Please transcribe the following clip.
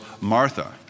Martha